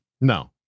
No